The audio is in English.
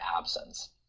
absence